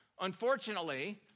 Unfortunately